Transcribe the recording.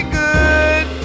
good